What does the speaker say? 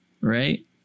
right